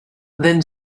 then